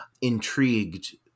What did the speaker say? intrigued